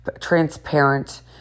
transparent